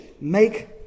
make